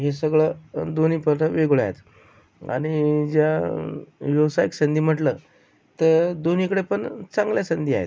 हे सगळं दोन्ही पण वेगवेगळं आहेत आणि ज्या व्यावसायिक संधी म्हटलं तर दोन्हीकडे पण चांगल्या संधी आहेत